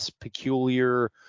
peculiar